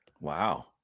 Wow